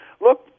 Look